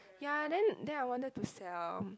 ya then then I wanted to sell